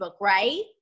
right